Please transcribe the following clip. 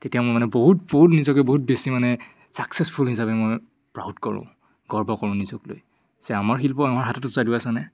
তেতিয়া মই মানে বহুত বহুত নিজকে বহুত বেছি মানে ছাকচেছফুল হিচাপে মই প্ৰাউড কৰোঁ গৰ্ব কৰোঁ নিজক লৈ যে আমাৰ শিল্প আমাৰ হাতত